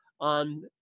on